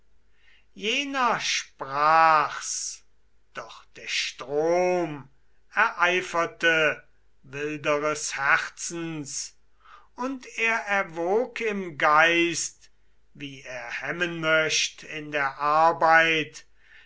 jener sprach's doch der strom ereiferte wilderes herzens und er erwog im geist wie er hemmen möcht in der arbeit